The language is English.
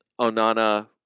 Onana